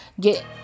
get